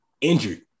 injured